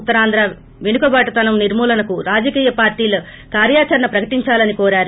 ఉత్తరాంధ్ర వెనుకబాటు తనం నిర్మూలనకు రాజకీయ పార్లీలు కార్యాచరణ ప్రకటించాలని కోరారు